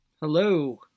Hello